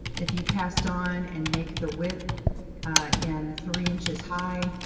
if you cast on and make the width in three inches high,